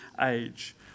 age